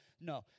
No